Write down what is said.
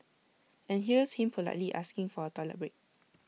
and here's him politely asking for A toilet break